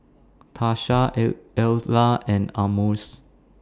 Tasha Ella and Almus